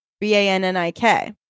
B-A-N-N-I-K